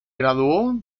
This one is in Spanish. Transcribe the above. graduó